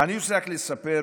אני רוצה רק לספר,